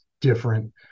different